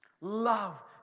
Love